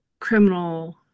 criminal